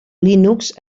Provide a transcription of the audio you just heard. linux